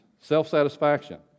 Self-satisfaction